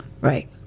Right